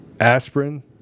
aspirin